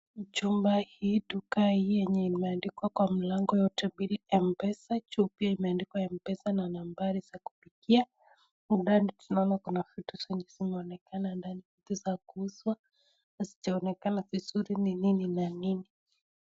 Chumba hii, duka hii yenye imeandikwa kwa mlango yote mbili Mpesa, juu pia imeandikwa Mpesa na nambari za kupigia. Hapo ndani tunaona kuna vitu zinaonekana ndani vitu za kuuzwa, hazijaonekana vizuri ni nini na nini